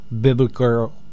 biblical